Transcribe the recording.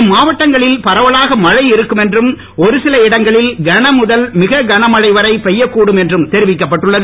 இம்மாவட்டங்களில் பரவலாக மழை இருக்கும் என்றும் ஒரு சில இடங்களில் கன முதல் மிக கன மழை பெய்யக்கூடும் என்றும் தெரிவிக்கப்பட்டுள்ளது